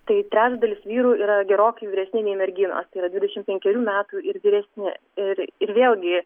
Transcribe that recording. tai trečdalis vyrų yra gerokai vyresni nei merginos tai yra dvidešim penkerių metų ir vyresni ir ir vėlgi